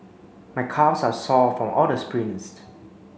my calves are sore of all the sprints